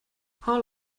how